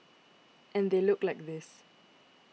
and they look like this